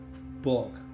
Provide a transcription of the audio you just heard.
book